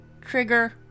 Trigger